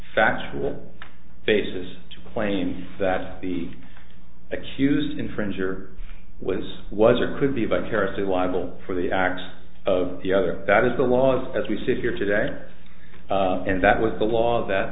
factual basis to claims that the accused infringer was was or could be vicariously liable for the acts of the other that is the laws as we see here today and that was the law that